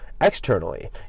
externally